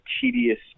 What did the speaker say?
tedious